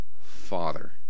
father